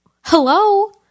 Hello